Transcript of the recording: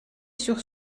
sur